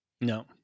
No